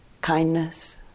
kindness